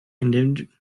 and